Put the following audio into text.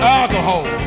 alcohol